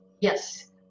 Yes